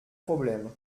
problème